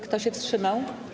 Kto się wstrzymał?